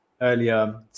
earlier